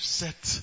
set